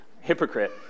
hypocrite